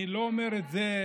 אני לא אומר את זה,